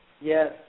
Yes